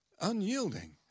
unyielding